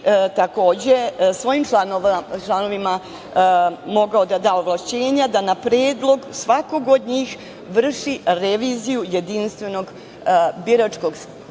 bi svojim članovima mogao da da ovlašćenja da na predlog svakog od njih vrši reviziju jedinstvenog biračkog spiska